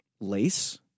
lace